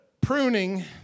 pruning